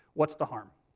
what's the harm?